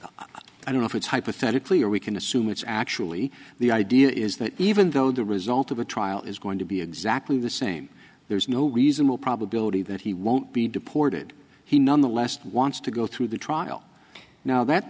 the i don't know if it's hypothetically or we can assume it's actually the idea is that even though the result of a trial is going to be exactly the same there's no reasonable probability that he won't be deported he nonetheless wants to go through the trial now that